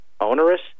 onerous